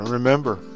remember